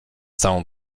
całą